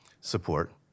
support